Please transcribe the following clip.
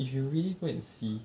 if you really go and see